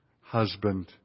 husband